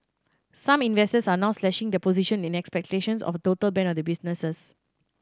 some investors are now slashing their position in expectations of a total ban of the businesses